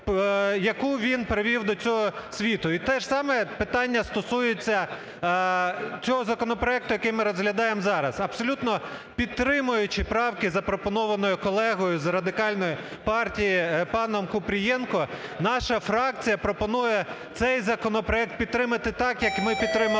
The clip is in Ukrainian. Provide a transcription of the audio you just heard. яку він привів до цього світу. І те ж саме питання стосується цього законопроекту, який ми розглядаємо зараз. Абсолютно підтримуючи правки запропоновані колегою із Радикальної партії паном Купрієнком, наша фракція пропоную цей законопроект підтримати так, як ми підтримали